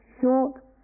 short